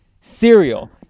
cereal